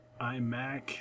iMac